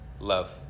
Love